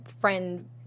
friend